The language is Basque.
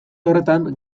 horretan